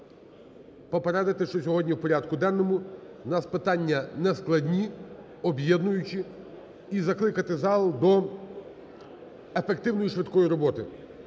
попередити, що сьогодні в порядку денному в нас питання нескладні, об'єднуючі і закликати зал до ефективної і швидкої роботи.